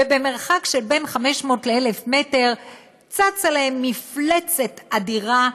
ובמרחק של 500 1,000 מטר צצה להם מפלצת אדירה,